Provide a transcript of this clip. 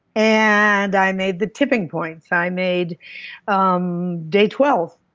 and i made the tipping points. i made um day twelve.